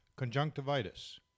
Conjunctivitis